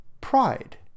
Pride